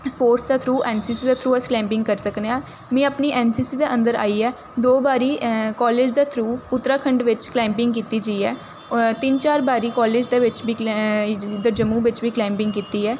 sports दे through N C C दे through अस क्लाइंबिंग करी सकने आं में अपनी ऐन्न सी सी दे अन्दर आइयै दो बारी कालज दे थ्रू उत्तराखण्ड बिच्च क्लाइंबिंग कीती जाइयै होर तिन्न चार बारी कालज दे बिच्च बी इद्धर जम्मू बिच्च बी क्लाइंबिंग कीती ऐ